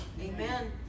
Amen